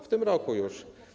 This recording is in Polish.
W tym roku już.